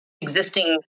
existing